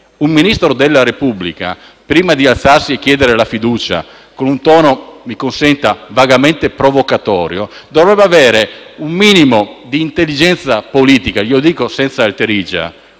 un Ministro della Repubblica, prima di alzarsi e chiedere la fiducia, con un tono - mi consenta - vagamente provocatorio, dovrebbe avere un minimo di intelligenza politica - lo dico senza alterigia,